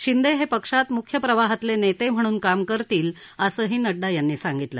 शिंदे हे पक्षात मुख्य प्रवाहातले नेते म्हणून काम करतील असंही नड्डा यांनी सांगितलं